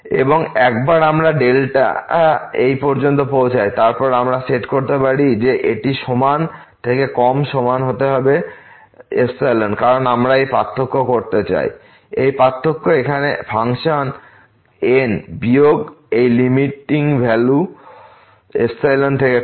এবং একবার আমরা এই পর্যন্ত পৌঁছাই তারপর আমরা সেট করতে পারি যে এটি সমান থেকে কম সমান হতে হবে কারণ আমরা এই পার্থক্য করতে চাই এই পার্থক্য এখানে ফাংশন N বিয়োগ এই লিমিটিং ভ্যালু থেকে কম